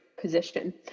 position